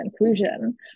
inclusion